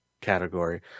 category